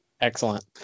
Excellent